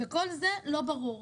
כל זה לא ברור.